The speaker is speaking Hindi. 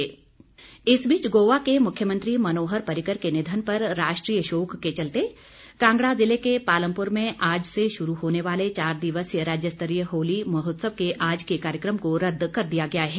महोत्सव रद्द इस बीच गोवा के मुख्यमंत्री मनोहर पर्रिकर के निधन पर राष्ट्रीय शोक के चलते कांगड़ा जिले के पालमपुर में आज से शुरू होने वाले चार दिवसीय राज्य स्तरीय होली महोत्सव के आज के कार्यक्रम को रद्द कर दिया गया है